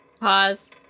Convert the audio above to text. Pause